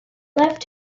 left